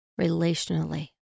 relationally